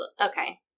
Okay